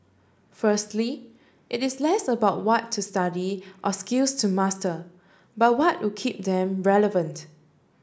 firstly it is less about what to study or skills to master but what would keep them relevant